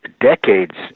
decades